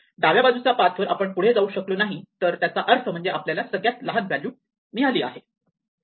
डाव्या बाजूच्या पाथ वर आपण पुढे जाऊ शकलो नाही तर त्याचा अर्थ म्हणजे आपल्याला सगळ्यात लहान व्हॅल्यू मिळाली आहे